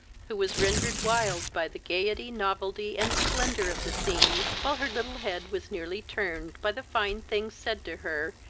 who was rendered wild by the gaiety, novelty, and splendour of the scene, while her little head was nearly turned by the fine things said to her,